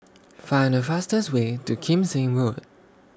Find The fastest Way to Kim Seng Road